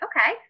okay